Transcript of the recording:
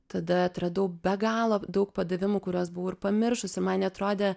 tada atradau be galo daug padavimų kuriuos buvo ir pamiršus ir man jie atrodė